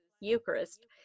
Eucharist